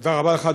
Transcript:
תודה רבה לך,